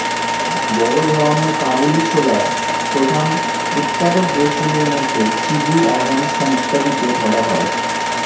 বড় ধরনের কাবুলি ছোলার প্রধান উৎপাদক দেশগুলির মধ্যে চিলি, আফগানিস্তান ইত্যাদিকে ধরা হয়